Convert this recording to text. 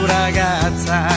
ragazza